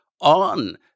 on